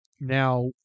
Now